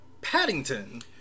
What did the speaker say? Paddington